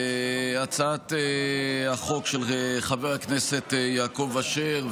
הצעת החוק של חבר הכנסת יעקב אשר,